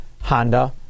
Honda